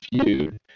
feud